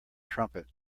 trumpet